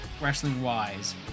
wrestling-wise